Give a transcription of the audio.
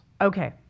Okay